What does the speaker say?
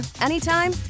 anytime